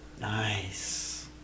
Nice